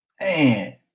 man